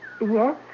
Yes